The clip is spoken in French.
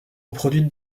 reproduite